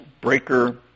Breaker